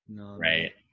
Right